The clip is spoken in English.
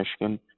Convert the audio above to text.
Michigan